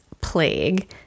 plague